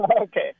Okay